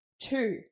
two